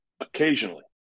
occasionally